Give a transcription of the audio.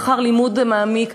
לאחר לימוד מעמיק,